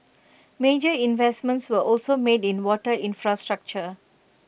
major investments were also made in water infrastructure